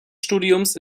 studiums